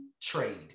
trade